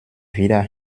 wieder